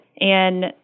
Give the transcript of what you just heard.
And-